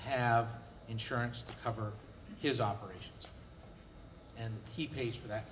have insurance to cover his operations and he pays for that